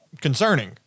concerning